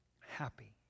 happy